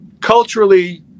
culturally